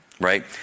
right